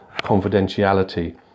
confidentiality